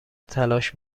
تلاش